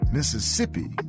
Mississippi